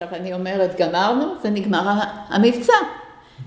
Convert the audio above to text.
עכשיו אני אומרת גמרנו, זה נגמר המבצע.